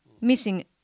missing